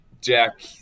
Jack